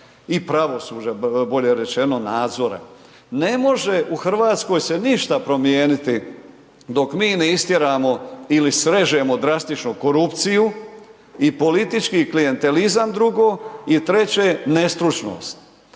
i pravosuđa bolje rečeno nadzora. Ne može u Hrvatskoj se ništa promijeniti dok mi ne istjeramo ili srežemo drastično korupciju i politički klijentelizam drugo i treće nestručnost.